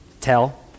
Tell